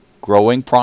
growing